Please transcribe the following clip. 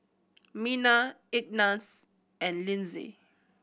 Mena Ignatz and Linzy